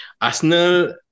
Arsenal